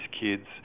kids